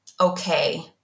okay